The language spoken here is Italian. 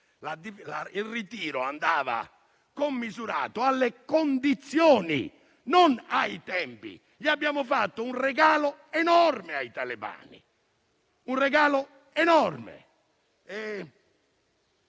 Il ritiro andava commisurato alle condizioni, non ai tempi. Abbiamo fatto un regalo enorme ai talebani. Il tempo sta per